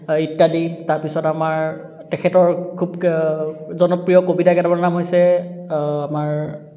ইত্যাদি তাৰপিছত আমাৰ তেখেতৰ খুব জনপ্ৰিয় কবিতা কেটামানৰ নাম হৈছে আমাৰ